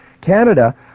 Canada